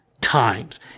times